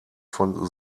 von